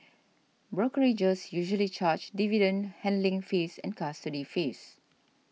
brokerages usually charge dividend handling fees and custody fees